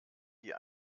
die